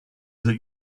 that